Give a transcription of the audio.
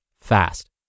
fast